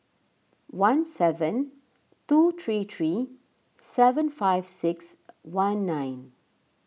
one seven two three three seven five six one nine